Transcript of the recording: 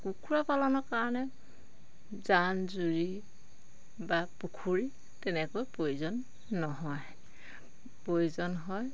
কুকুৰা পালনৰ কাৰণে জান জুৰি বা পুখুৰী তেনেকৈ প্ৰয়োজন নহয় প্ৰয়োজন হয়